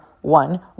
one